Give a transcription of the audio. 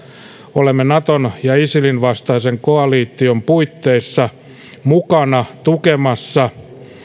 olemme naton ja isilin vastaisen koalition puitteissa mukana tukemassa